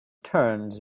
turns